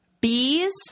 bees